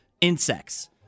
insects